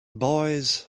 boys